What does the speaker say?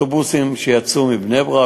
שאוטובוסים שיצאו מבני-ברק,